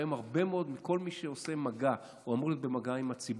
והיום זה אצל הרבה מאוד מכל מי שבא מגע או אמור להיות במגע עם הציבור.